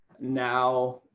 now